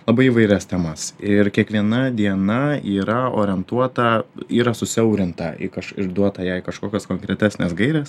labai įvairias temas ir kiekviena diena yra orientuota yra susiaurinta į išduota jai kažkokios konkretesnės gairės